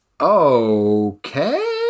Okay